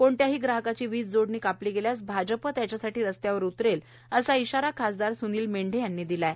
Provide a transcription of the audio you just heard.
कोणत्याही ग्राहकाची वीजजोडणी कापली गेल्यास भाजप त्याच्यासाठी रस्त्यावर उतरेल असा इशारा खासदार सुनील मेंढे यांनी दिला आहे